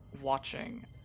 Watching